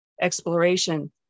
exploration